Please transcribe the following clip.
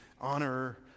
honor